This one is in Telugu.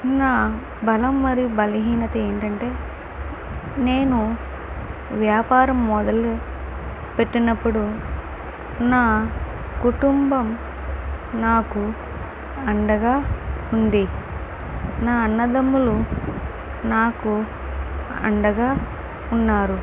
నా బలం మరియు బలహీనత ఏంటంటే నేను వ్యాపారం మొదలు పెట్టినప్పుడు నా కుటుంబం నాకు అండగా ఉంది నా అన్నదమ్ములు నాకు అండగా ఉన్నారు